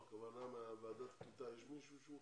הכוונה מוועדת הקליטה, יש מישהו שהוא חבר?